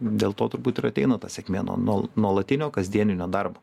dėl to turbūt ir ateina ta sėkmė nuo nuol nuolatinio kasdieninio darbo